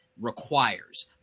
requires